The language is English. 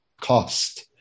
cost